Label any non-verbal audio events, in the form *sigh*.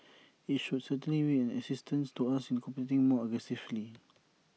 *noise* IT should certainly be an assistance to us in competing more aggressively